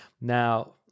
Now